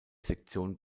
sektion